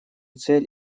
цель